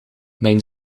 mijn